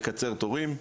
לקצר תורים.